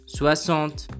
soixante